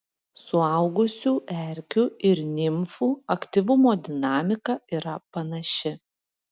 suaugusių erkių ir nimfų aktyvumo dinamika yra panaši